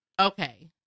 Okay